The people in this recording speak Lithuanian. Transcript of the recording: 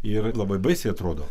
ir labai baisiai atrodo